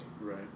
right